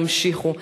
יימשכו.